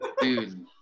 Dude